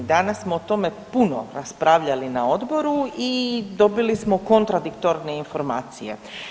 Danas smo o tome puno raspravljali na odboru i dobili smo kontradiktorne informacije.